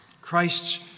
Christ's